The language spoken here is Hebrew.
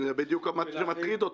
זה בדיוק מה שמטריד אותי.